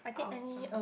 hougang